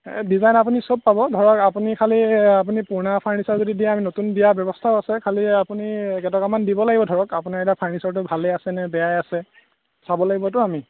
এই ডিজাইন আপুনি সব পাব ধৰক আপুনি খালি আপুনি পুৰণা ফাৰ্নিচাৰ যদি দিয়ে আমি নতুন দিয়া ব্যৱস্থাও আছে খালি আপুনি কেইটকামান দিব লাগিব ধৰক আপুনি এতিয়া ফাৰ্নিচাৰটো ভালে আছেনে বেয়াই আছে চাব লাগিবতো আমি